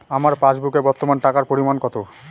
আমার পাসবুকে বর্তমান টাকার পরিমাণ কত?